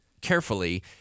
carefully